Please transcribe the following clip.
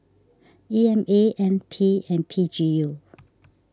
E M A N P and P G U